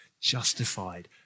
Justified